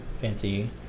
fancy